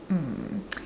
um